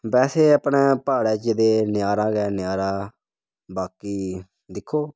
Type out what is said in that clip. बैसे अपने प्हाड़ें च ते नजारा गै नजारा बाकी दिक्खो